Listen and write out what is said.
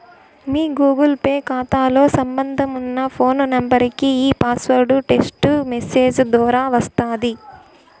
మీ Google Pay కాతాతో సంబంధమున్న phone నెంబరికి ఈ పాస్వార్డు టెస్టు మెసేజ్ దోరా వస్తాది